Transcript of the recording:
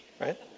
right